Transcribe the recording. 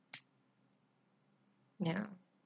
ya